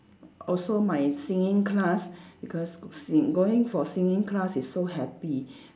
also my singing class because si~ going for singing class is so happy